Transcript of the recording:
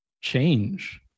change